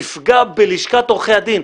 יפגע בלשכת עורכי הדין,